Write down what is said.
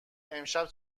امشب